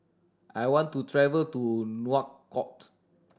I want to travel to Nouakchott